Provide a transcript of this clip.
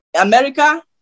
america